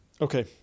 Okay